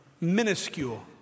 minuscule